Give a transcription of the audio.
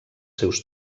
seus